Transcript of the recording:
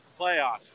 Playoffs